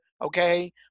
okay